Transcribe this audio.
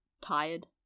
tired